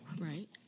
Right